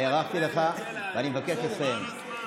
הארכתי לך, ואני מבקש לסיים.